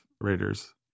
Raiders